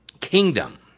kingdom